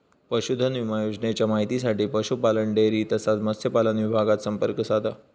पशुधन विमा योजनेच्या माहितीसाठी पशुपालन, डेअरी तसाच मत्स्यपालन विभागाक संपर्क साधा